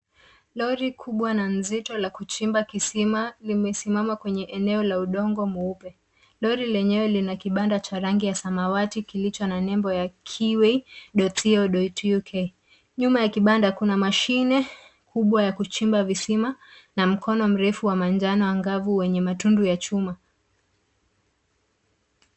Lori kubwa na nzito la kuchimba kisima limesimama kwenye eneo la udongo mweupe. Lori lenyewe lina kibanda cha rangi ya samawati kilicho na nembo ya keyway.co.uk. Nyuma ya kibanda kuna mashine kubwa ya kuchimba visima na mkono mrefu wa manjano angavu wenye matundu ya chuma.